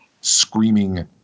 screaming